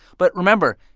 but remember,